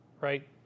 right